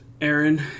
Aaron